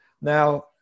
now